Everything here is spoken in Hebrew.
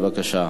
בבקשה.